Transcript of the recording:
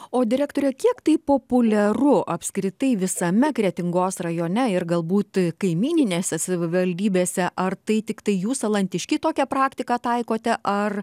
o direktore kiek tai populiaru apskritai visame kretingos rajone ir galbūt kaimyninėse savivaldybėse ar tai tiktai jūs salantiškiai tokią praktiką taikote ar